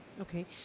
Okay